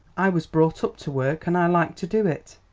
i was brought up to work, and i like to do it.